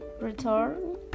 return